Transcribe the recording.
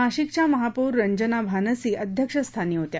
नाशिकच्या महापौर रंजना भानसी अध्यक्षस्थानी होत्या